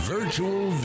Virtual